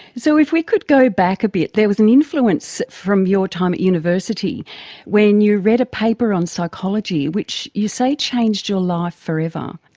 so if we could go back a bit, there was an influence from your time at university when you read a paper on psychology which you say changed your life forever.